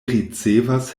ricevas